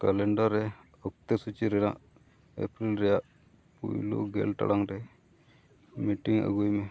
calendar ᱨᱮ ᱚᱠᱛᱚ ᱥᱩᱪᱤ ᱨᱮᱱᱟᱜ ᱮᱯᱨᱤᱞ ᱨᱮᱱᱟᱜ ᱯᱳᱭᱞᱳ ᱜᱮᱞ ᱴᱟᱲᱟᱝ ᱨᱮ ᱢᱤᱴᱤᱝ ᱟᱹᱜᱩᱭ ᱢᱮ